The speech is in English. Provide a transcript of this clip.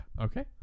okay